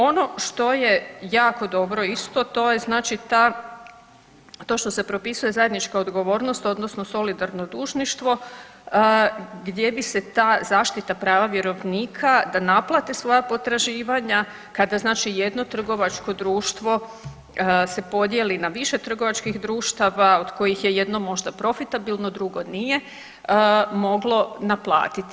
Ono što je jako dobro istro to je znači ta, to što se propisuje zajednička odgovornost odnosno solidarno dužništvo gdje bi se ta zaštita prava vjerovnika da naplate svoja potraživanja kada znači jedno trgovačko društvo se podijeli na više trgovačkih društava od kojih je jedno možda profitabilno, drugo nije moglo naplatiti.